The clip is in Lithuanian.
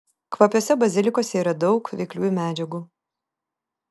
kvapiuosiuose bazilikuose yra daug veikliųjų medžiagų